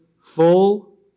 full